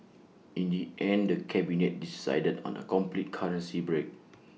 in the end the cabinet decided on A complete currency break